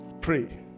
Pray